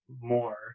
more